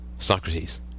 Socrates